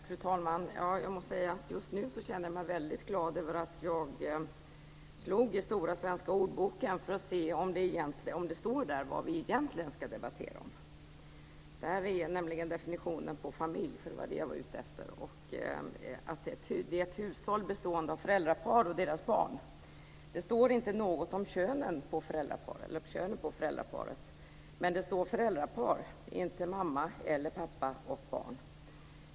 Fru talman! Jag måste säga att jag just nu känner mig väldigt glad över att jag slog i Stora svenska ordboken för att se om det där står vad vi egentligen ska debattera om. Där är nämligen definitionen av familj - det var det som jag var ute efter - att det är hushåll bestående av föräldrapar och deras barn. Det står inte något om könet på föräldraparet. Men det står "föräldrapar", inte mamma eller pappa och barn.